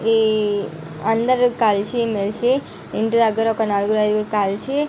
ఈ అందరూ కలిసి మెలిసి ఇంటిదగ్గర ఒక నలుగురు ఐదుగురు కలిసి